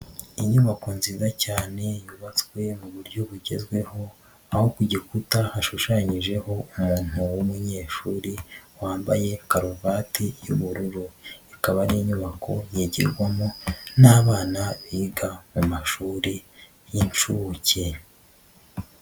Inyubako nziza cyane yubatswe mu buryo bugezweho, aho ku gikuta hashushanyijeho umuntu w'umunyeshuri wambaye karuvati y'ubururu, ikaba ari inyubako yigirwamo n'abana biga mu mashuri y'inshuke.